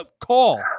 Call